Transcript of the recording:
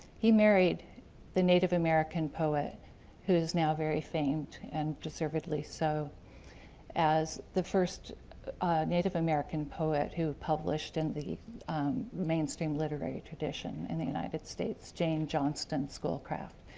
he married the native american poet who is now very famed and deservedly so as the first native american poet who published in the mainstream literary tradition in the united states, jane johnston schoolcraft,